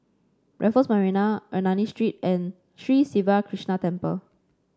Raffles Marina Ernani Street and Sri Siva Krishna Temple